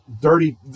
dirty